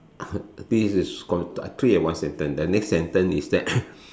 ah I think this is I treat it as one sentence the next sentence is that